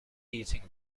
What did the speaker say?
eating